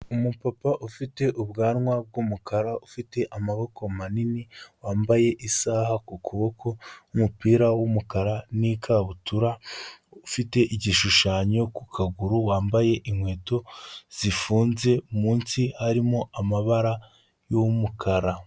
Umupapa ufite ubwanwa bw'umukara, ufite amaboko manini, wambaye isaha ku kuboko n'umupira w'umukara n'ikabutura, ufite igishushanyo ku kaguru, wambaye inkweto zifunze munsi harimo amabara y'umukara.